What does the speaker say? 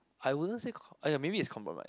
I wouldn't say com~ !aiya! maybe it's compromise